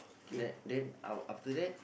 then then af~ after that